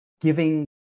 giving